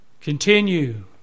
continue